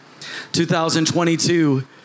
2022